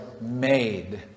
made